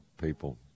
people